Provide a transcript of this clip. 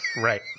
right